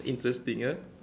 interesting ah